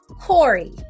corey